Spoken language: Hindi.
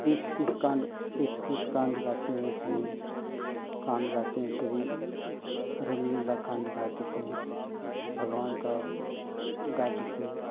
एक से एक कांड एक से एक कांड गाते हैं उसमें कांड गाते हैं कभी रामलीला कांड गाते थे भगवान का गाते थे